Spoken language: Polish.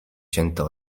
cięte